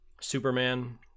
superman